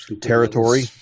territory